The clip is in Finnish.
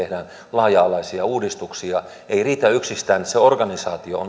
laaja alaisia uudistuksia ei riitä yksistään että se organisaatio